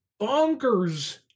bonkers